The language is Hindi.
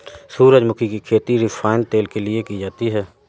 सूरजमुखी की खेती रिफाइन तेल के लिए की जाती है